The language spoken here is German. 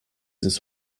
ins